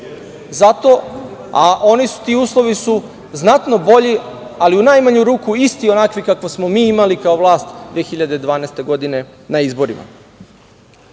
postavi, ti uslovi su znatno bolji, ali u najmanju ruku isti onakvi kakve smo mi imali kao vlast 2012. godine na